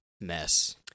mess